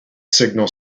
signal